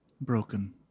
Broken